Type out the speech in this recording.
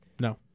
No